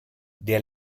der